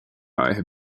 have